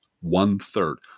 One-third